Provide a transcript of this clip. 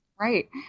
right